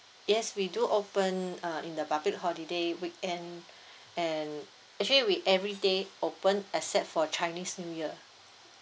yes we do open uh in the public holiday weekend and actually we everyday open except for chinese new year